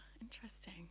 interesting